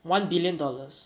one billion dollars